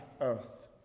earth